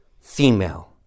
female